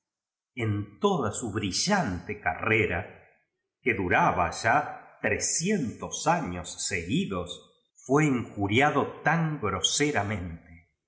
cu toda su brilla ule carrera que duraba ya trescientos años seguidos toé injuriado tan groseramente